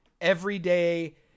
everyday